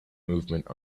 movement